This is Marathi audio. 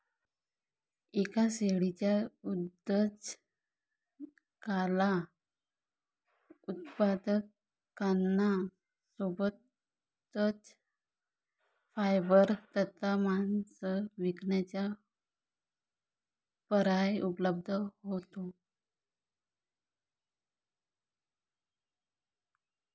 एका शेळीच्या उद्योजकाला उत्पादकांना सोबतच फायबर तथा मांस विकण्याचा पर्याय उपलब्ध होतो